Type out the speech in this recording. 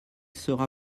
sera